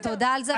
תודה על זה.